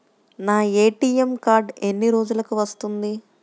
నా ATM card ఎన్ని రోజులకు వస్తుంది?